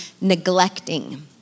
neglecting